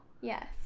Yes